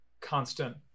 constant